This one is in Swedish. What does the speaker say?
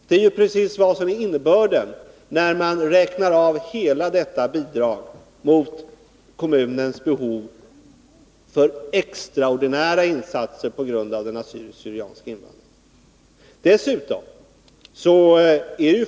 Det är precis innebörden när man räknar av hela detta bidrag mot kommunens behov för extraordinära insatser på grund av den assyriska/syrianska invandringen.